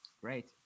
Great